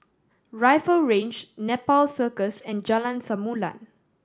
Rifle Range Nepal Circus and Jalan Samulun